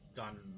done